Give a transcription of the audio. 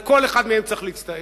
על כל אחד מהם צריך להצטער,